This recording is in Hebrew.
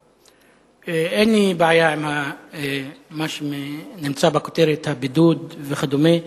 אין לי בעיה עם מה שנמצא בכותרת, הבידוד וכדומה.